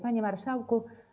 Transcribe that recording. Panie Marszałku!